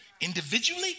Individually